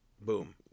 boom